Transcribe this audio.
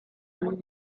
been